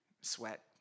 Sweat